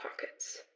pockets